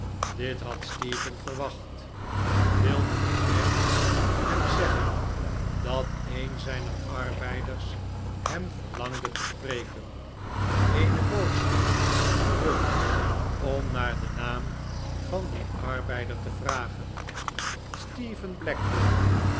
dit had stephen verwacht wilde de knecht hem zeggen dat een ziner arbeiders hem verlangde te spreken eene boodschap terug om naar den naam van die'n arbeider te vragen stephen blackpool